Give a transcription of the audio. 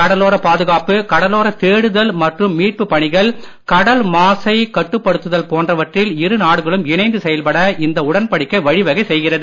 கடலோர பாதுகாப்பு கடலோர தேடுதல் மற்றும் மீட்புப் பணிகள் கடல் மாசை கட்டுப்படுத்துதல் போன்றவற்றில் இரு நாடுகளும் இணைந்து செயல்பட இந்த உடன்படிக்கை வழிவகை செய்கிறது